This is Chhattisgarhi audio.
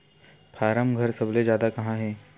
फारम घर सबले जादा कहां हे